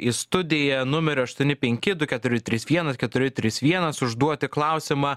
į studiją numeriu aštuoni penki du keturi trys vienas keturi trys vienas užduoti klausimą